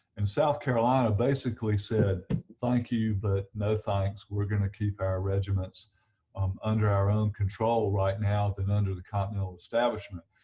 and south carolina basically said thank you but no thanks we're going to keep our regiments um under our own control right and now than under the continental establishment.